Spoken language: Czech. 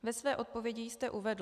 Ve své odpovědi jste uvedl: